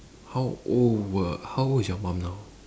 how old were how old is your mum now